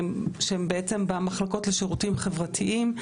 שהם במחלקות לשירותים חברתיים.